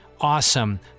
Awesome